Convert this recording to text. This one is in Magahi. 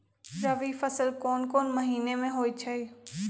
रबी फसल कोंन कोंन महिना में होइ छइ?